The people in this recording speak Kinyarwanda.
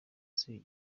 asebya